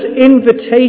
invitation